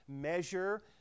measure